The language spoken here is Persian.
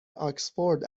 آکسفورد